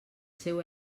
seu